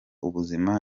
ubuzima